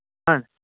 ಹಾಂ